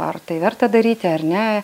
ar tai verta daryti ar ne